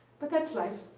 but that's life.